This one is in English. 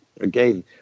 again